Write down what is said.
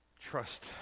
trust